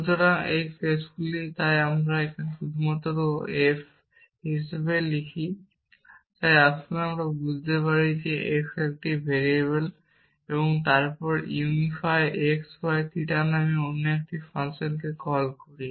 সুতরাং এইগুলি কেস তাই আমি এটিকে শুধু f হিসাবে লিখি তাই আসুন আমরা বুঝতে পারি যে x একটি ভেরিয়েবল তারপর ইউনিফাই x y থিটা নামে অন্য একটি ফাংশনকে কল করি